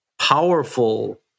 powerful